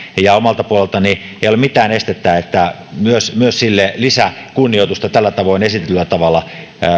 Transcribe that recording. ja omalta puoleltani ei ole mitään estettä että sille myös lisäkunnioitusta tällä esitetyllä tavalla